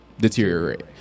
deteriorate